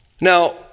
Now